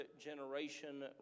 Generation